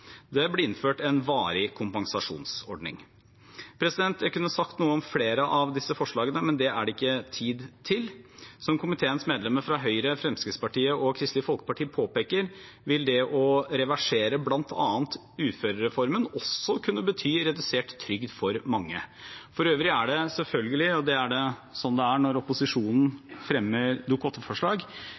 Det ble innført en varig kompensasjonsordning. Jeg kunne sagt noe om flere av disse forslagene, men det er det ikke tid til. Som komiteens medlemmer fra Høyre, Fremskrittspartiet og Kristelig Folkeparti påpeker, vil det å reversere bl.a. uførereformen også kunne bety redusert trygd for mange. For øvrig er det – selvfølgelig, det er slik det er når opposisjonen fremmer